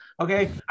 Okay